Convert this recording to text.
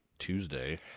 tuesday